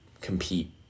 compete